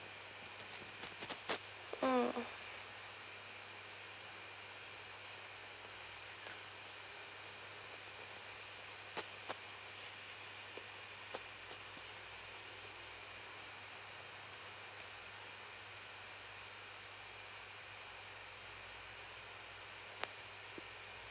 mm